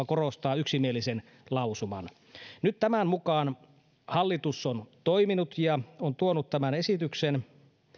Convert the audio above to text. korostaa yksimielisen lausuman nyt tämän mukaan hallitus on toiminut ja on tuonut tämän esityksen